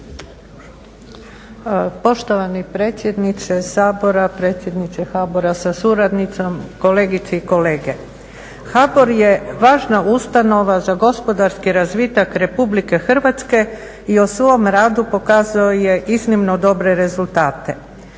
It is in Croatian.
Poštovani predsjedniče Sabora, predsjedniče HBOR-a sa suradnicom, kolegice i kolege. HBOR je važna ustanova za gospodarski razvitak RH i o svom radu pokazao je iznimno dobre rezultate.